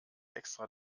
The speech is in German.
extra